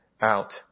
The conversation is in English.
out